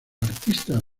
artistas